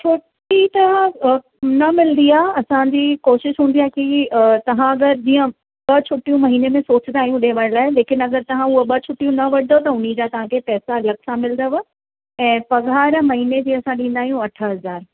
छुट्टी त न मिलंदी आहे असांजी कोशिशि हुंदी आहे की तव्हां अगरि जीअं ॿ छुट्टियूं महीने में सोचिंदा आहियूं ॾेयण लाइ लेकिन अगरि तव्हां उहो ॿ छुट्टियूं न वठिदव त उनजा तव्हांखे पैसा अलॻि सां मिलिदव ऐं पघार महीने जी असां ॾींदा आहियूं अठ हज़ार